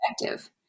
effective